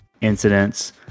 incidents